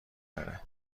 داره